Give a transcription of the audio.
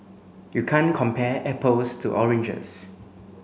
you can't compare apples to oranges